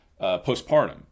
postpartum